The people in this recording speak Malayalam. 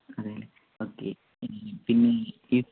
അതെ അല്ലെ ഒക്കെ പിന്നെ ഈ